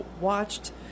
watched